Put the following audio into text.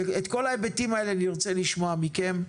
את כל ההיבטים האלה נרצה לשמוע מכם.